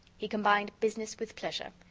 he combined business with pleasure.